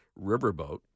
riverboat